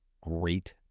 great